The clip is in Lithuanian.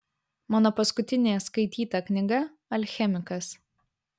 mano paskutinė skaityta knyga alchemikas